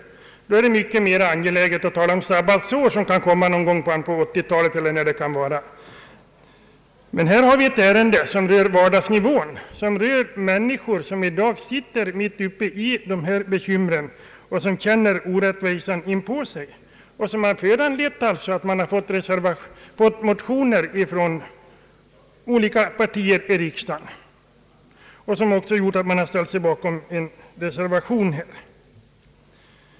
Då är det mera angeläget att tala om sabbatsår, som kanske kan förverkligas på 1980-talet. Här har vi ett ärende på vardagsnivån, det rör människor som i dag sitter mitt uppe i bekymren och känner orättvisan inpå sig. Detta har föranlett motioner från olika partier i riksdagen, och det har lett till att man ställer sig bakom en reservation.